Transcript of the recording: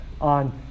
on